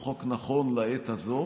הוא חוק נכון לעת הזאת.